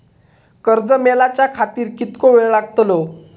कर्ज मेलाच्या खातिर कीतको वेळ लागतलो?